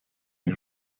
این